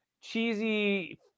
cheesy